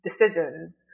decisions